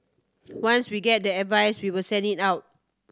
once we get the advice we will send it out